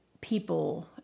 people